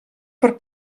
per